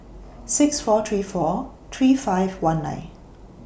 six four three four three five one nine